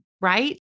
Right